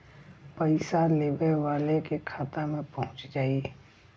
पइसा लेवे वाले के खाता मे पहुँच जाई